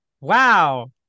wow